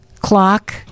clock